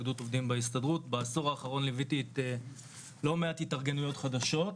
בעשור האחרון ליוויתי לא מעט התארגנויות חדשות.